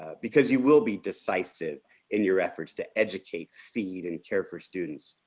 ah because you will be decisive in your efforts to educate, feed and care for students.